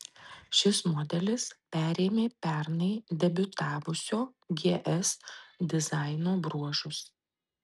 šis modelis perėmė pernai debiutavusio gs dizaino bruožus